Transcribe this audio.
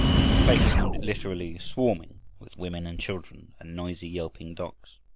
and the place seemed literally swarming with women and children and noisy yelping dogs.